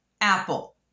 Apple